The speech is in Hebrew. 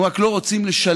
הם רק לא רוצים לשלם